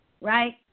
right